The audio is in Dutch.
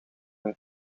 hun